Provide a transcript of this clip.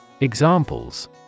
Examples